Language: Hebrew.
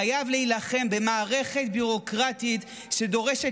חייב להילחם במערכת ביורוקרטית שדורשת